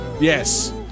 Yes